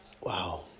Wow